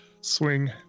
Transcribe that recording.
swing